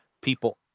people